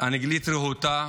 אנגלית רהוטה,